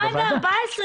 אבל זה מ-2014,